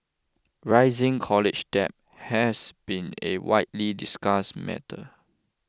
rising college debt has been a widely discussed matter